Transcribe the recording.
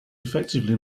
effectively